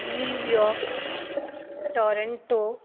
New York Toronto